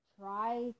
try